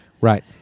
Right